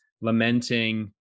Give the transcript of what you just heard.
lamenting